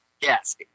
Yes